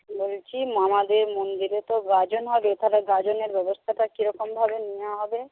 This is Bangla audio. বলছি মামাদের মন্দিরে তো গাজন হবে তাহলে গাজনের ব্যবস্থাটা কিরকমভাবে নেওয়া হবে